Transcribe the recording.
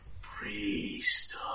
Priest